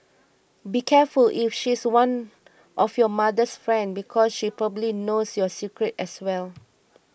be careful if she's one of your mother's friend because she probably knows your secrets as well